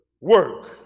work